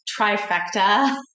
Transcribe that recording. trifecta